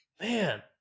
Man